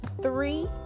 three